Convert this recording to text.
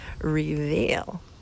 reveal